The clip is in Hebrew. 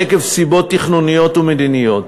עקב סיבות תכנוניות ומדיניות.